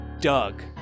Doug